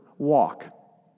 Walk